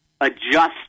adjust